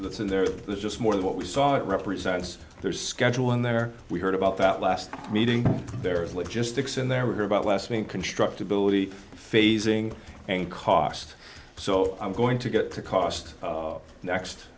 that's in there there's just more than what we saw it represents there's schedule in there we heard about that last meeting there is logistics and there were about lessening constructibility phasing and cost so i'm going to get to cost next